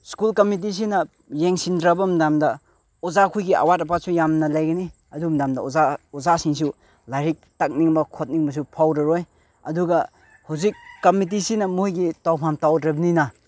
school ꯀꯝꯃꯤꯇꯤꯁꯤꯅ ꯌꯦꯡꯁꯤꯟꯗ꯭ꯔꯕ ꯃꯇꯝꯗ ꯑꯣꯖꯥꯈꯣꯏꯒꯤ ꯑꯋꯥꯠ ꯑꯄꯥꯁꯨ ꯌꯥꯝꯅ ꯂꯩꯒꯅꯤ ꯑꯗꯨ ꯃꯇꯝꯗ ꯑꯣꯖꯥꯁꯤꯡꯁꯨ ꯂꯥꯏꯔꯤꯛ ꯇꯥꯛꯅꯤꯡꯕ ꯈꯣꯠꯅꯤꯡꯕꯁꯨ ꯐꯥꯎꯔꯔꯣꯏ ꯑꯗꯨꯒ ꯍꯧꯖꯤꯛ ꯀꯝꯃꯤꯇꯤꯁꯤꯅ ꯃꯣꯏꯒꯤ ꯇꯧꯐꯝ ꯇꯧꯗ꯭ꯔꯕꯅꯤꯅ